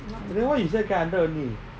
then why you say hundred only